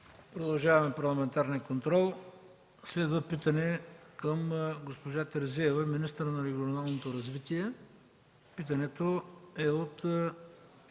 Продължаваме парламентарния контрол. Следва питане към госпожа Терзиева – министър на регионалното развитие, от господин